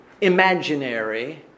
imaginary